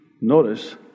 notice